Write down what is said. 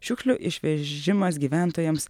šiukšlių išvežimas gyventojams